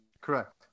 Correct